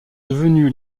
devenue